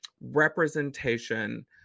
representation